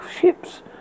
ships